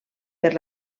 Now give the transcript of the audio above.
per